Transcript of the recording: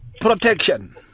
protection